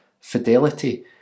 fidelity